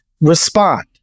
respond